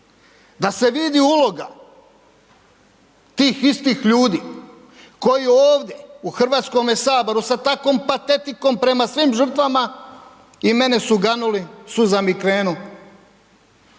da se vidi uloga tih istih ljudi koji ovdje u HS sa takvom patetikom prema svim žrtvama i mene su ganuli, suza mi krenu,